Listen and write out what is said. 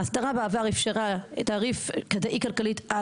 האסדרה בעבר אפשרה תעדיף כדאי כלכלית על